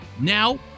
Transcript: Now